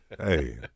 Hey